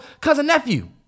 cousin-nephew